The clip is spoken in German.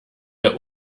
der